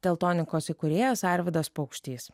teltonikos įkūrėjas arvydas paukštys